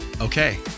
Okay